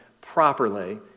properly